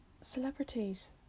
celebrities